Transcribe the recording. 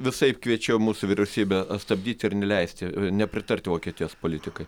visaip kviečiau mūsų vyriausybę stabdyti ir neleisti nepritarti vokietijos politikai